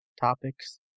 topics